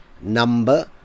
number